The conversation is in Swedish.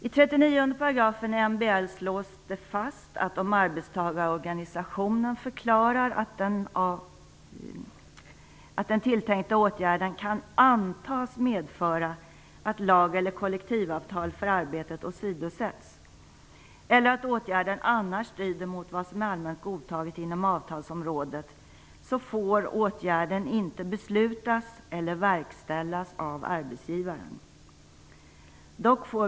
I 39 § MBL slås det fast att om arbetstagarorganisation förklarar att den tilltänkta åtgärden kan antas medföra att lag eller kollektivavtal för arbetet åsidosätts eller att åtgärden annars strider mot vad som är allmänt godtaget inom avtalsområdet så får åtgärden inte beslutas eller verkställas av arbetsgivaren.